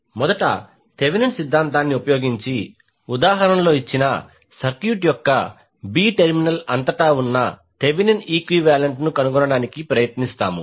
మొదట థెవెనిన్ సిద్ధాంతాన్ని ఉపయోగించి ఉదాహరణలో ఇచ్చిన సర్క్యూట్ యొక్క బి టెర్మినల్ అంతటా ఉన్న థెవెనిన్ ఈక్వివాలెంట్ ను కనుగొనడానికి ప్రయత్నిస్తాము